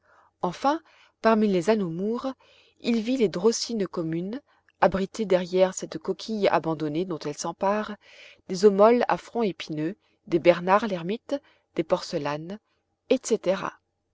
enfin parmi les anomoures il vit des drocines communes abritées derrière cette coquille abandonnée dont elles s'emparent des homoles à front épineux des bernard lermite des porcellanes etc